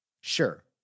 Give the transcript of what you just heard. Sure